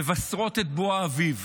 מבשרות את בוא האביב